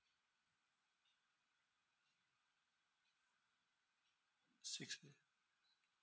six day